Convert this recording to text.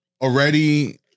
already